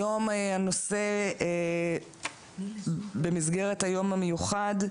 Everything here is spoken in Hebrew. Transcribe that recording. היום הנושא, במסגרת היום המיוחד,